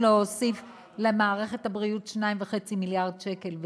להוסיף למערכת הבריאות 2.5 מיליארד שקל,